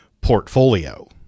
portfolio